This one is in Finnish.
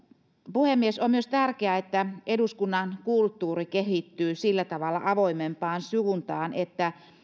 puhemies on myös tärkeää että eduskunnan kulttuuri kehittyy sillä tavalla avoimempaan suuntaan että